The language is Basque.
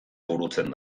burutzen